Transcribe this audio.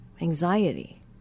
anxiety